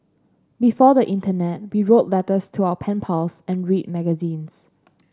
before the internet we wrote letters to our pen pals and read magazines